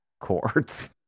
chords